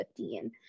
15